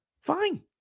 fine